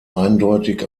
eindeutig